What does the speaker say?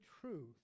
truth